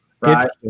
right